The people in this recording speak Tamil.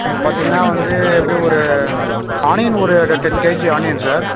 எனக்கு பார்த்தீங்கன்னா வந்து எப்படியும் ஒரு ஆனியன் ஒரு இது டென் கேஜி ஆனியன் சார்